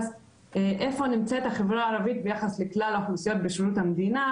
איפה נמצאת החברה הערבית ביחס לכלל האוכלוסיות בשירות המדינה,